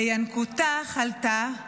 בינקותה חלתה,